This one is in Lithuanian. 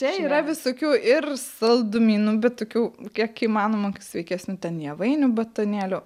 tai yra visokių ir saldumynų bet tokių kiek įmanoma sveikesni ten javainių batonėlių